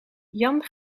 jan